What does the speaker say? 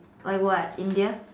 like what India